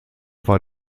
war